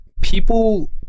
People